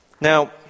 Now